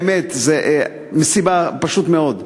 באמת זה מסיבה פשוטה מאוד,